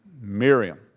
Miriam